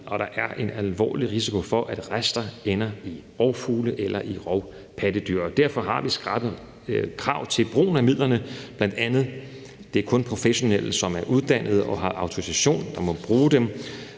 og der er en alvorlig risiko for, at rester ender i rovfugle eller i rovpattedyr. Derfor har vi skrappe krav til brugen af midlerne, bl.a. at det kun er professionelle, som er uddannet og har autorisation, der må bruge dem,